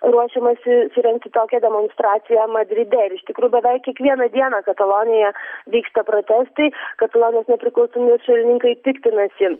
ruošiamasi surengti tokią demonstraciją madride iš tikrųjų beveik kiekvieną dieną katalonijoje vyksta protestai katalonijos nepriklausomybės šalininkai piktinasi